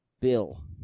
Bill